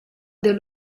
dei